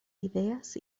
idees